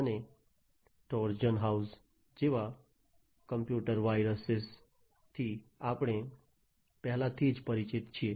અને ટ્રોજનહોર્સ જેવા spyware computer વાયરસથી આપણે પહેલાથી જ પરિચિત છીએ